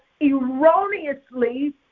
erroneously